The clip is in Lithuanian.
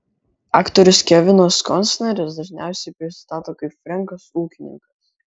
aktorius kevinas kostneris dažniausiai prisistato kaip frenkas ūkininkas